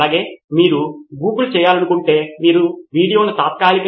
కాబట్టి ఇవి ప్రస్తుతం మనం ఆలోచించగల కొన్ని ఆచరణీయ పరిష్కారాలు